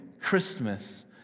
Christmas